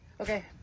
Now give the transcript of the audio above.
Okay